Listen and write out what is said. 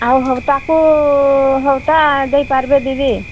ଆଉ ହଉ ତାକୁ ଦେଇ ପାରିବେ ଦିଦି